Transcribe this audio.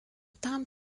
tam